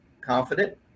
Confident